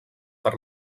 per